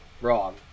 wrong